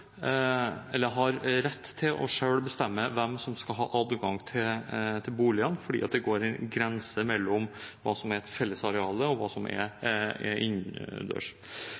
eller har rett til selv å bestemme hvem som skal ha adgang til boligene, fordi det går en grense mellom hva som er fellesareal, og hva som er